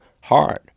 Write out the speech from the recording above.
hard